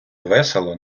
весело